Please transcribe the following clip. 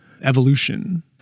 evolution